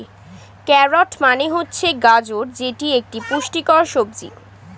carrot মানে হচ্ছে গাজর যেটি একটি পুষ্টিকর সবজি